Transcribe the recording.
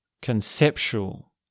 conceptual